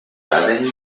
baden